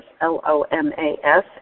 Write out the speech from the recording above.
L-O-M-A-S